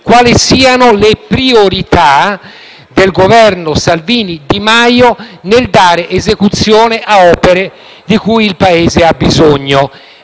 quali siano le priorità del Governo Salvini-Di Maio nel dare esecuzione ad opere di cui il Paese ha bisogno;